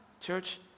church